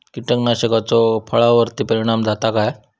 कीटकनाशकाचो फळावर्ती परिणाम जाता काय?